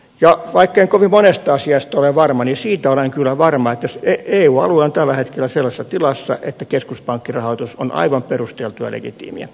vaikka en kovin monesta asiasta ole varma niin siitä olen kyllä varma että eu alue on tällä hetkellä sellaisessa tilassa että keskuspankkirahoitus on aivan perusteltua legitiimiä